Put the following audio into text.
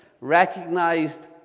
recognized